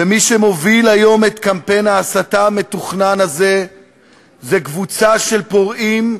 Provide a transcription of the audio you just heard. ומי שמוביל היום את קמפיין ההסתה המתוכנן הזה זה קבוצה של פורעים,